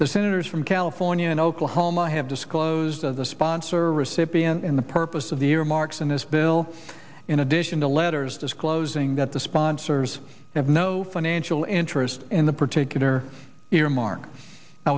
the senators from california and oklahoma have disclosed as the sponsor recipient in the purpose of the earmarks in this bill in addition to letters disclosing that the sponsors have no financial interest in the particular earmarks i